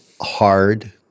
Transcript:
hard